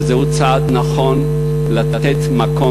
וזהו צעד נכון לתת מקום